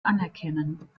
anerkennen